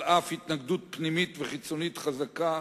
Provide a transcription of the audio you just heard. על אף התנגדות פנימית וחיצונית חזקה,